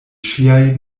ŝiaj